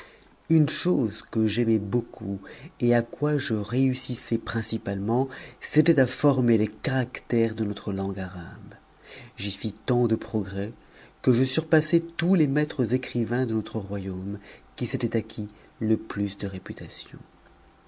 une chose que j'aimais beaucoup et à quoi je réussissais principalement c'était à former les caractères de notre langue arabe j'y fis tant de progrès que je surpassai tous les maîtres écrivains de notre royaume qui s'étaient acquis le plus de réputation